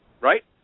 right